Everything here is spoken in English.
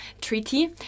treaty